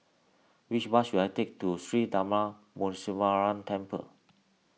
which bus should I take to Sri Darma Muneeswaran Temple